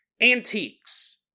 Antiques